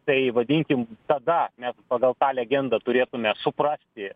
tai vadinkim tada nes pagal tą legendą turėtume suprasti